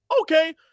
okay